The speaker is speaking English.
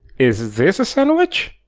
is this a sandwich?